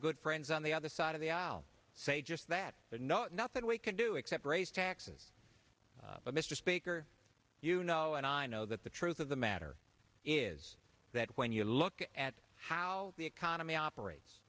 good friends on the other side of the aisle say just that no nothing we can do except raise taxes but mr speaker you know and i know that the truth of the matter is that when you look at how the economy operates